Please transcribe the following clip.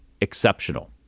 exceptional